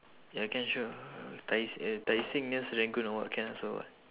ya can sure tai eh tai seng near serangoon or what can also [what]